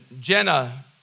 Jenna